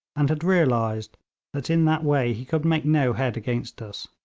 and had realised that in that way he could make no head against us.